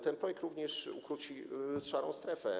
Ten projekt również ukróci szarą strefę.